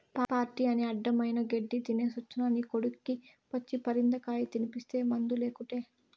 party అని అడ్డమైన గెడ్డీ తినేసొచ్చిన నీ కొడుక్కి పచ్చి పరిందకాయ తినిపిస్తీ మందులేకుటే